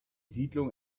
siedlung